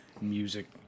music